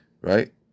right